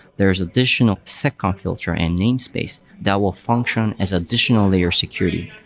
there is additional second filter and namespace that will function as additional layer security.